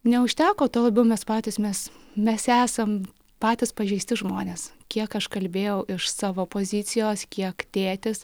neužteko tuo labiau mes patys mes mes esam patys pažeisti žmonės kiek aš kalbėjau iš savo pozicijos kiek tėtis